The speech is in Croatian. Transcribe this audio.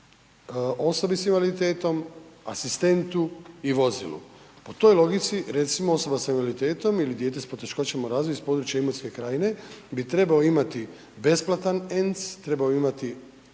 osobi s invaliditetom, asistentu i vozilu. Po toj logici recimo osoba s invaliditetom ili dijete s poteškoćama u razvoju iz područja Imotske krajine bi trebao imati besplatan ENC, trebao bi imati